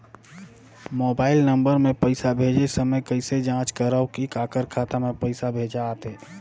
Mobile number मे पइसा भेजे समय कइसे जांच करव की काकर खाता मे पइसा भेजात हे?